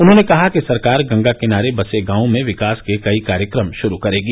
उन्होंने कहा कि सरकार गंगा किनारे बसे गायों में विकास के कई कार्यक्रम शुरू करेगी